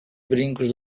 brincos